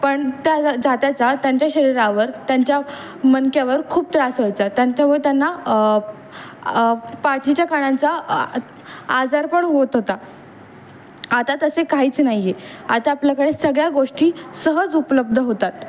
पण त्या जात्याचा त्यांच्या शरीरावर त्यांच्या मणक्यावर खूप त्रास व्हायचा त्यांच्यामुळे त्यांना पाठीच्या कानाचा आजार पण होत होता आता तसे काहीच नाही आहे आता आपल्याकडे सगळ्या गोष्टी सहज उपलब्ध होतात